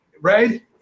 Right